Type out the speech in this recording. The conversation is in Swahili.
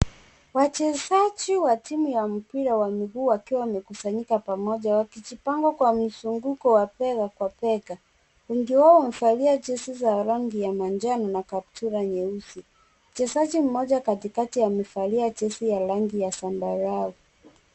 Wachezaji wa timu ya mpira wa miguu wakiwa wamekusanyika pamoja wakijipanga kwa mizunguko ya bega kwa bega. Wengi wao wamevalia jezi za rangi ya manjano na kaptura nyeusi. Mchezaji mmoja katikati amevalia jezi ya rangi ya zambarau.